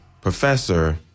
Professor